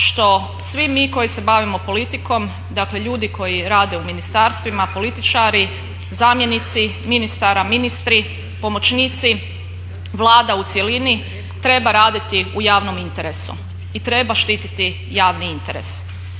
što svi mi koji se bavimo politikom, dakle ljudi koji rade u ministarstvima, političari, zamjenici ministara, ministri, pomoćnici, Vlada u cjelini, treba raditi u javnom interesu i treba štititi javni interes.